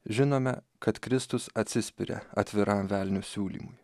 žinome kad kristus atsispiria atviram velnio siūlymui